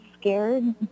scared